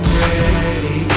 ready